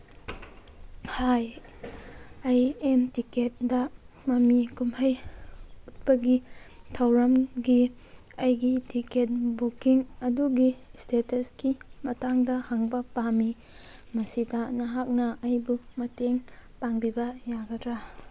ꯍꯥꯏ ꯑꯩ ꯑꯦꯝ ꯇꯤꯀꯦꯠꯗ ꯃꯃꯤ ꯀꯨꯝꯍꯩ ꯎꯠꯄꯒꯤ ꯊꯧꯔꯝꯒꯤ ꯑꯩꯒꯤ ꯇꯤꯀꯦꯠ ꯕꯨꯀꯤꯡ ꯑꯗꯨꯒꯤ ꯏꯁꯇꯦꯇꯁꯀꯤ ꯃꯇꯥꯡꯗ ꯍꯪꯕ ꯄꯥꯝꯃꯤ ꯃꯁꯤꯗ ꯅꯍꯥꯛꯅ ꯑꯩꯕꯨ ꯃꯇꯦꯡ ꯄꯥꯡꯕꯤꯕ ꯌꯥꯒꯗ꯭ꯔꯥ